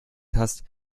hast